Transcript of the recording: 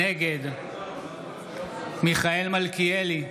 נגד מיכאל מלכיאלי,